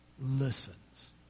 listens